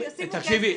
שישימו כסף.